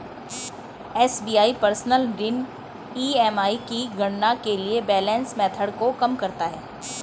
SBI personal ऋण EMI की गणना के लिए बैलेंस मेथड को कम करता है